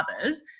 others